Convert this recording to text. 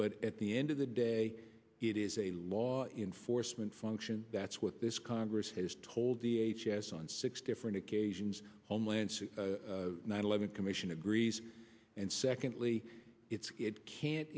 but at the end of the day it is a law enforcement function that's what this congress has told the h g s on six different occasions homeland nine eleven commission agrees and secondly it's it can't